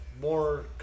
more